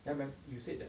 then when you said that